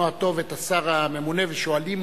ברצונו הטוב את השר הממונה ושואלים